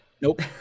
Nope